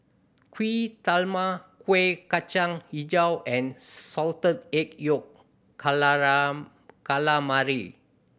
Kuih Talam Kueh Kacang Hijau and salted egg yolk calamari